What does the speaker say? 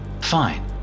Fine